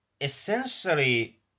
essentially